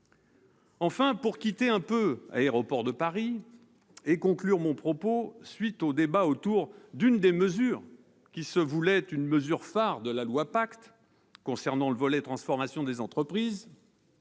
Enfin, pour quitter un peu le sujet Aéroports de Paris et conclure mon propos, à la suite du débat engagé autour d'une des mesures qui se voulait une mesure phare de la loi Pacte concernant le volet transformation des entreprises,